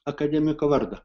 akademiko vardą